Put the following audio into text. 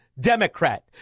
Democrat